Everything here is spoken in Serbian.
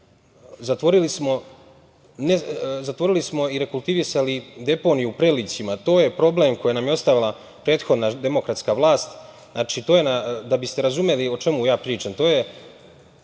Zatvorili smo i rekultivisali deponiju u Prelićima. To je problem koji nam je ostavila prethodna, demokratska vlast. Znači, da biste razumeli o čemu ja pričam, to je